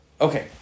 Okay